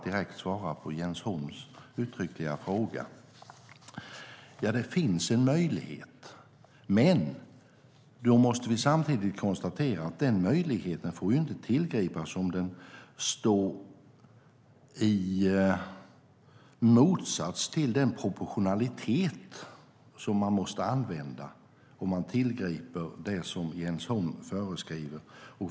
Det finns en möjlighet, men då måste vi samtidigt konstatera att den möjligheten inte får tillgripas om den står i motsats till den proportionalitet som man måste använda om man tillgriper det som Jens Holm föreskriver.